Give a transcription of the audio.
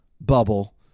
bubble